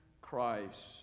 Christ